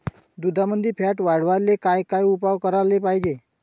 दुधामंदील फॅट वाढवायले काय काय उपाय करायले पाहिजे?